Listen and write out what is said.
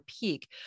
peak